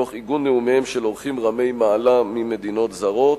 תוך עיגון נאומיהם של אורחים רמי מעלה ממדינות זרות.